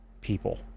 people